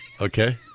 okay